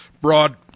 broad